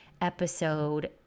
episode